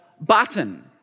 button